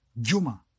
Juma